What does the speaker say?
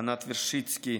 ענת ורשיצקי,